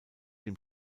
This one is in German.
dem